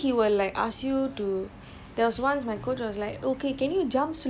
ya